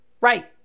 right